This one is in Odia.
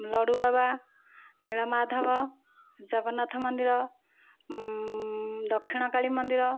ଲଡ଼ୁବାବା ନୀଳମାଧବ ଜଗନ୍ନାଥ ମନ୍ଦିର ଦକ୍ଷିଣ କାଳୀ ମନ୍ଦିର